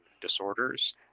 disorders